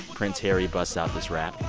prince harry busts out this rap?